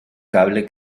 cable